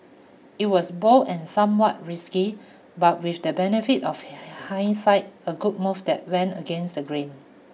it was bold and somewhat risky but with the benefit of hindsight a good move that went against the grain